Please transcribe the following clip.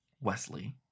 Wesley